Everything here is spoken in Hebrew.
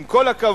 עם כל הכבוד,